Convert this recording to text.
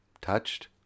touched